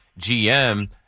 GM